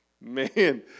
Man